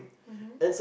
mmhmm